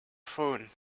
phone